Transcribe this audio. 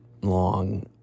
long